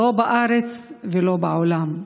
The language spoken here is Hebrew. לא בארץ ולא בעולם.